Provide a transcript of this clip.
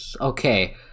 okay